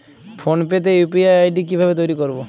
Phone pay তে UPI ID কি ভাবে তৈরি করবো?